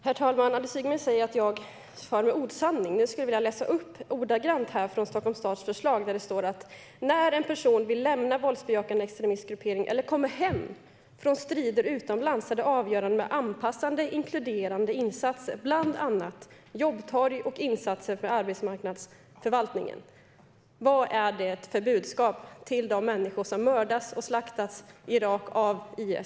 Herr talman! Anders Ygeman säger att jag far med osanning. Jag skulle vilja läsa ur Stockholms stads förslag. Det står: När en person vill lämna en våldsbejakande extremistisk gruppering eller kommer hem från strider utomlands är det avgörande med anpassade inkluderande insatser, bland annat jobbtorg och insatser vid arbetsmarknadsförvaltningen. Vad är det för budskap till de människor som mördas och slaktas i Irak av IS?